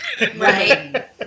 Right